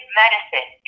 medicine